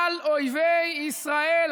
על אויבי ישראל,